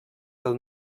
del